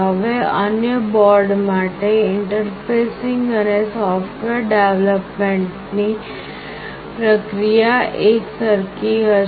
હવે અન્ય બોર્ડ માટે ઇન્ટરફેસિંગ અને સોફ્ટવૅર ડેવલપમેન્ટ ની પ્રક્રિયા એકસરખી હશે